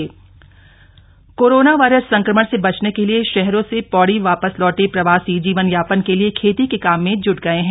पौडी प्रवासी corona virus संक्रमण से बचने के लिए शहरों से पौड़ी वापस लौटे प्रवासी जीवनयापन के लिए खेती के काम में ज्ट गये हैं